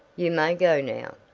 you may go now.